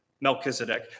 Melchizedek